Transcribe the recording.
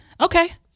okay